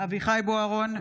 אביחי אברהם בוארון,